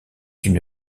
une